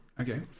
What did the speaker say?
okay